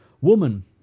Woman